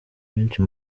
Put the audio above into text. benshi